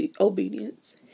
obedience